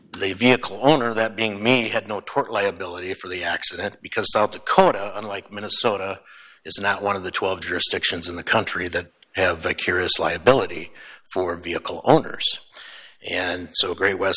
the vehicle owner that being me had no tort liability for the accident because south dakota unlike minnesota is not one of the twelve jurisdictions in the country that have a curious liability for vehicle owners and so great w